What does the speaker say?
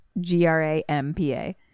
G-R-A-M-P-A